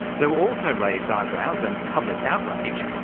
there were also raised eyebrows, and public outrage,